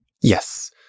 Yes